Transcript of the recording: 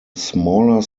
smaller